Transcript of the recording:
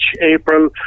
April